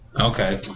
Okay